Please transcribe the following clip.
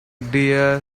dear